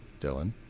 Dylan